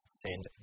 send